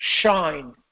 shine